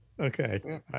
Okay